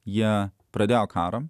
jie pradėjo karą